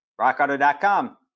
RockAuto.com